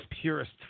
purest